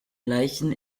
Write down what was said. leichen